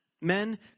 men